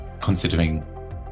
considering